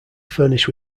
furnished